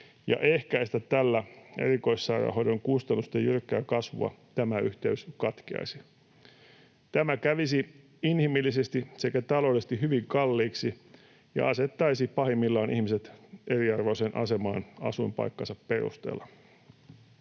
ehkäistä tällä erikoissairaanhoidon kustannusten jyrkkää kasvua, katkeaisi. Tämä kävisi inhimillisesti sekä taloudellisesti hyvin kalliiksi ja asettaisi pahimmillaan ihmiset eriarvoiseen asemaan asuinpaikkansa perusteella.